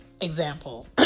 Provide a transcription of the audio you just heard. example